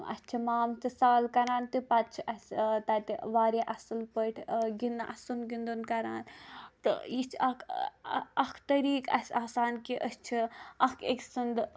اَسہِ چھِ مام تہِ سال کَران تہٕ پَتہٕ چھِ اَسہِ تَتہِ واریاہ اصل پٲٹھۍ گِندان اَسُن گِندُن کَران تہٕ یہِ چھُ اکھ اکھ طٔریقہ اَسہِ آسان کہِ اَسہِ چھُ اکھ أکۍ سُند